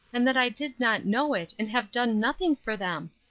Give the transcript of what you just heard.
and that i did not know it and have done nothing for them!